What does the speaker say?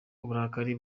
uburakari